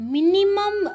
Minimum